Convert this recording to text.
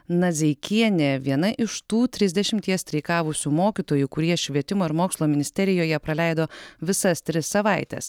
nadzeikienė viena iš tų trisdešimties streikavusių mokytojų kurie švietimo ir mokslo ministerijoje praleido visas tris savaites